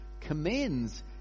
commends